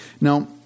Now